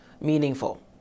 meaningful